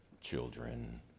children